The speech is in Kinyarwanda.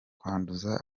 kwanduza